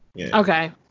Okay